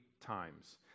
times